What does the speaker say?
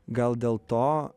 gal dėl to